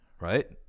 right